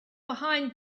behind